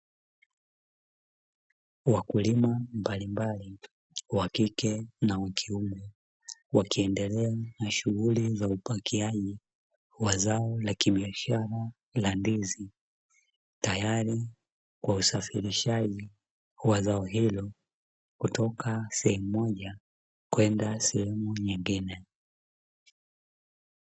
Wakulima mbalimbali wakike na wakiume wakiendelea na shunguli ya upakiaji wa zao la kibiashara la ndizi, tayari kwa Usafirishaji wa zao hilo kutoka sehemu moja kwenda sehemu nyingine